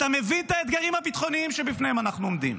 אתה מבין את האתגרים הביטחוניים שבפניהם אנחנו עומדים,